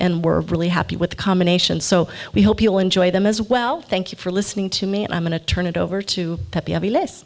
we're really happy with the combination so we hope you'll enjoy them as well thank you for listening to me and i'm going to turn it over to